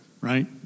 right